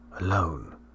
Alone